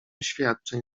świadczeń